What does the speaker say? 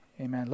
Amen